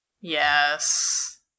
Yes